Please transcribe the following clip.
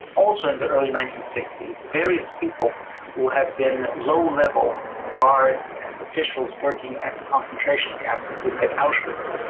also in the early nineteen sixty s, various people who have been low level guards and officials working at the concentration camps, including at auschwitz,